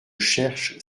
cherche